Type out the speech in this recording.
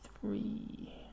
Three